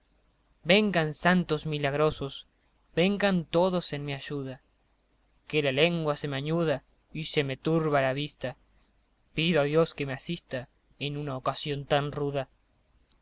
vengan santos milagrosos vengan todos en mi ayuda que la lengua se me añuda y se me turba la vista pido a dios que me asista en una ocasión tan ruda